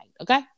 okay